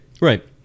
Right